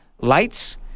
lights